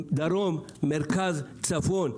בדרום, מרכז וצפון.